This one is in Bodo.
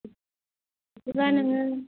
बिदिब्ला नोंङो